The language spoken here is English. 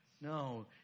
No